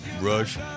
Rush